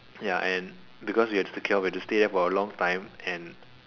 ya and because we had to secure we had to stay there for a long time and